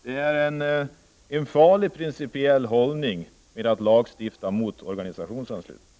Det är en farlig principiell hållning att lagstifta mot organisationsanslutning.